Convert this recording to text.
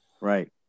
Right